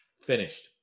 Finished